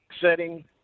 setting